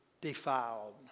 defiled